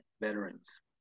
veterans